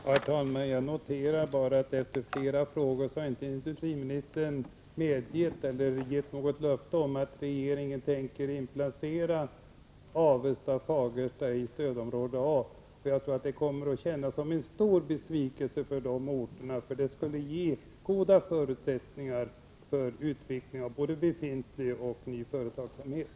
Herr talman! Jag kan bara notera att industriministern inte, efter flera frågor, har gett något löfte om att regeringen kommer att inplacera Avesta och Fagersta i stödområde A. Jag tror att detta kommer att kännas som en stor besvikelse på de orterna. Det skulle nämligen ha gett goda förutsättningar för utveckling av både befintlig och ny företagsamhet.